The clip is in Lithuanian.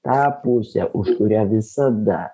tą pusę už kurią visada